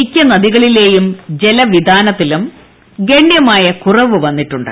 മിക്ക നദികളിലേയും ജലവിധാനത്തിലും ഗണ്യമായ കുറവ് വന്നിട്ടുണ്ട്